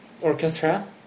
orchestra